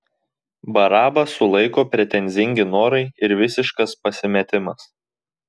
barabą sulaiko pretenzingi norai ir visiškas pasimetimas